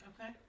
Okay